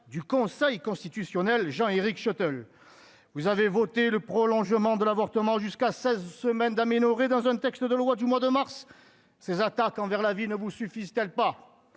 du Conseil constitutionnel, Jean Éric Chatel, vous avez voté le prolongement de l'avortement jusqu'à 16 semaines d'aménorrhée dans un texte de loi du mois de mars, ces attaques envers la vie ne vous suffisent-t-elle pas,